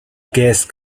guest